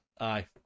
Aye